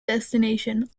destination